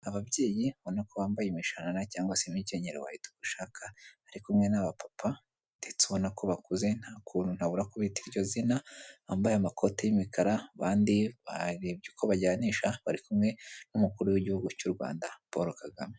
Ababyeyi ubona ko bambaye imishanana cyangwa se imikenyero wayita uko ushaka, bari kumwe n'abapapa ndetse ubona ko bakuze nta kuntu nabura kubita iryo zina, bambaye amakoti y'imikara, abandi barebye uko bajyanisha, bari kumwe n'umukuru w'igihugu cy'u Rwanda Paul Kagame.